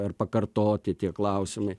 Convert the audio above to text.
ar pakartoti tie klausimai